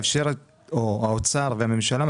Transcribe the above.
או האוצר והממשלה,